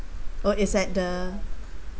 oh it's at the